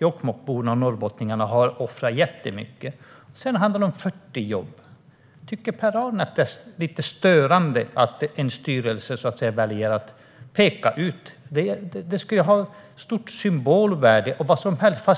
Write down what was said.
Jokkmokksborna och norrbottningarna har offrat jättemycket för Vattenfall. Det handlar även om 40 jobb. Tycker inte Per-Arne att det är lite störande att en styrelse väljer att peka ut detta? Detta har ett stort symbolvärde. Även om